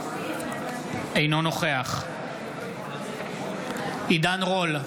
אינו נוכח עידן רול,